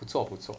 不错不错